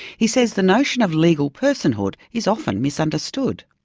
he says the notion of legal personhood is often misunderstood.